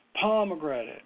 pomegranate